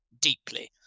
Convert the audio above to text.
deeply